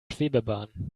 schwebebahn